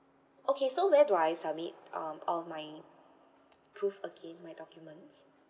okay so where do I submit um uh my proof again my documents